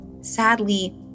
Sadly